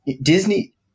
Disney